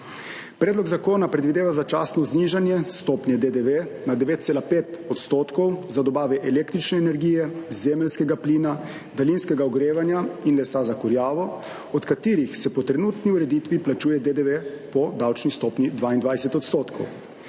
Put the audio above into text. Predlog zakona predvideva začasno znižanje stopnje DDV na 9,5 % za dobave električne energije, zemeljskega plina, daljinskega ogrevanja in lesa za kurjavo, od katerih se po trenutni ureditvi plačuje DDV po davčni stopnji 22 %.